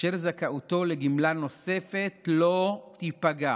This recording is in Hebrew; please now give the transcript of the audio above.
אשר זכאותו לגמלה נוספת לא תיפגע